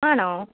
ആണോ